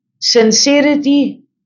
sincerity